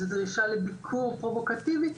דרישה לביקור פרובוקטיבי.